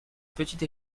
petite